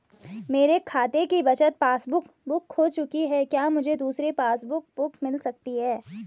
मेरे खाते की बचत पासबुक बुक खो चुकी है क्या मुझे दूसरी पासबुक बुक मिल सकती है?